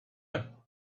him